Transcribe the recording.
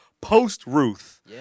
post-Ruth